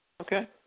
Okay